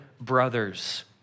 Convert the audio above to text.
Brothers